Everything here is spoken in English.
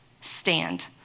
stand